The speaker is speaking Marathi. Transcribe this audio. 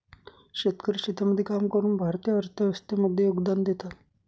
शेतकरी शेतामध्ये काम करून भारतीय अर्थव्यवस्थे मध्ये योगदान देतात